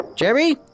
Jerry